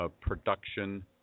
production